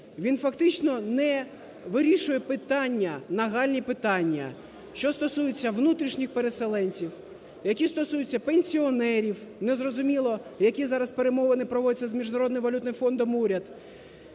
він фактично не вирішує питання, нагальні питання, що стосуються внутрішніх переселенців, які стосуються пенсіонерів, незрозуміло, які зараз перемовини проводить з Міжнародним валютним фондом уряд.